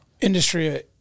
industry